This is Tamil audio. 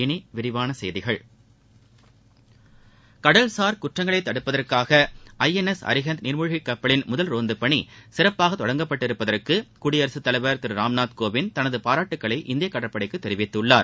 இனி விரிவான செய்திகள் கடல்சார் குற்றங்களை தடுப்பதற்காக ஐ என் எஸ் அரிஹந்த் நீர்மூழ்கி கப்பலின் முதல் ரோந்துப் பணி சிறப்பாக தொடங்கப்பட்டிருப்பதற்கு குடியரகத் தலைவர் திரு ராம்நாத் கோவிந்த் தனது பாராட்டுக்களை இந்திய கடற்படைக்கு தெரிவித்துள்ளார்